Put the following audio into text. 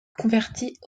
convertit